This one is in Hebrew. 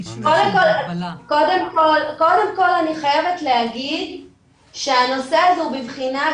קודם כל אני חייבת להגיד שהנושא הזה הוא בבחינה,